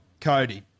Cody